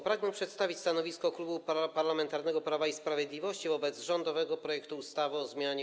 Pragnę przedstawić stanowisko Klubu Parlamentarnego Prawo i Sprawiedliwość wobec rządowego projektu ustawy o zmianie